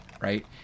right